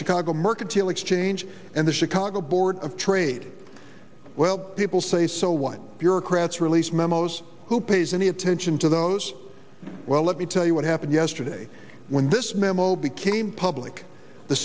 chicago mercantile exchange and the chicago board of trade well people say so what bureaucrats release memos who pays any attention to those well let me tell you what happened yesterday when this memo became public the